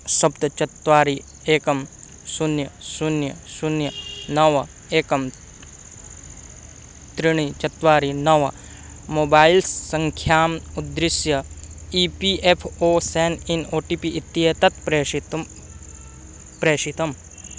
सप्त चत्वारि एकं शून्यं शून्यं शून्यं नव एकं त्रीणि चत्वारि नव मोबैल् सङ्ख्याम् उद्दिश्य E P F O sign in O T P इत्येतत् प्रेषितुं प्रेषितम्